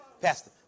Pastor